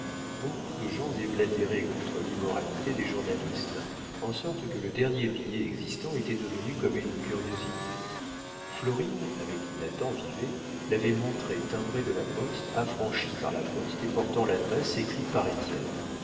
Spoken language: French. beaucoup de gens déblatéraient contre l'immoralité des journalistes en sorte que le dernier billet existant était devenu comme une curiosité florine avec qui nathan vivait l'avait montré timbré de la poste affranchi par la poste et portant l'adresse écrite par étienne